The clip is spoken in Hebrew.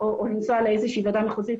או לנסוע לאיזושהי ועדה מחוזית,